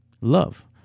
Love